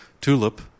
Tulip